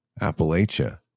Appalachia